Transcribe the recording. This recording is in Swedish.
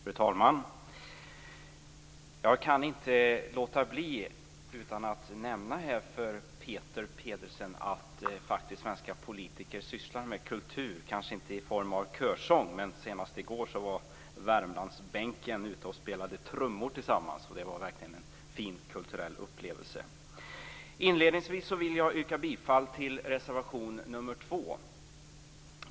Fru talman! Jag kan inte låta bli att nämna för Peter Pedersen att svenska politiker faktiskt sysslar med kultur. De gör det kanske inte i form av körsång, men senast i går var de som sitter i Värmlandsbänken i riksdagen ute och spelade trummor tillsammans och det var verkligen en fin kulturell upplevelse. Inledningsvis vill jag yrka bifall till reservation 2.